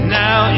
now